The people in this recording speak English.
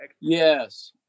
Yes